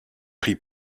prit